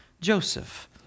Joseph